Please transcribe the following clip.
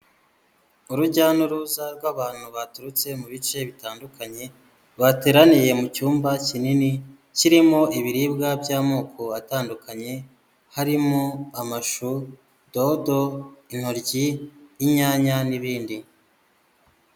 Urujya n'uruza rw'abantu baturutse mu bice bitandukanye, bateraniye mu cyumba kinini kirimo ibiribwa by'amoko atandukanye; harimo: amashu, dodo, intoryi, inyanya n'ibindi.